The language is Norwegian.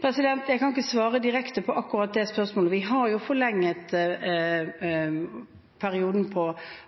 Jeg kan ikke svare direkte på akkurat det spørsmålet. Vi har forlenget perioden på